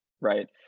right